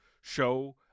show